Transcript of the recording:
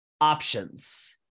options